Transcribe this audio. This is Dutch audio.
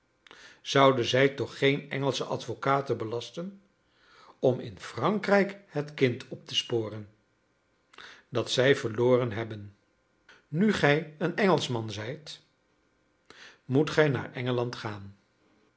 zouden zij toch geen engelsche advocaten belasten om in frankrijk het kind op te sporen dat zij verloren hebben nu gij een engelschman zijt moet gij naar engeland gaan